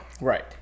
Right